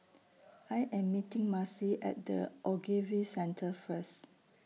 I Am meeting Marcy At The Ogilvy Centre First